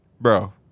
Bro